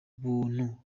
buntu